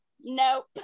Nope